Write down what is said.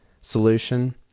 solution